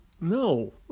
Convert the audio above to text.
No